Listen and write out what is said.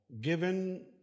Given